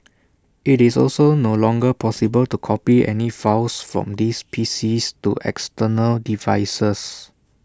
IT is also no longer possible to copy any files from these P Cs to external devices